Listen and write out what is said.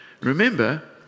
Remember